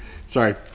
Sorry